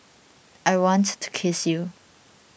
I want to kiss you